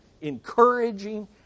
encouraging